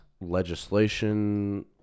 Legislation